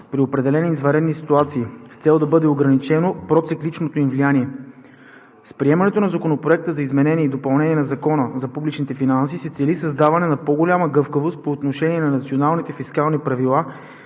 при определени извънредни ситуации, с цел да бъде ограничено процикличното им влияние. С приемането на Законопроекта за изменение и допълнение на Закона за публичните финанси се цели създаване на по-голяма гъвкавост по отношение на националните фискални правила